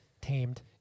tamed